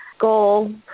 goal